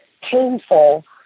painful